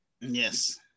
yes